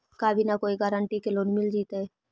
का बिना कोई गारंटी के लोन मिल जीईतै?